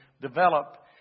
develop